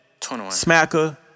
Smacker